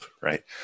right